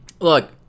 Look